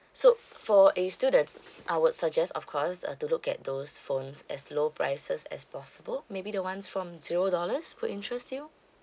so for a student I would suggest of course uh to look at those phones as low prices as possible maybe the ones from zero dollars will interest you